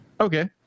Okay